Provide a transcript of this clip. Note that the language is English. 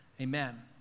amen